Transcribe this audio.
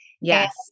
Yes